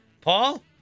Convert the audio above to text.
Paul